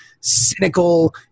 cynical